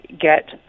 get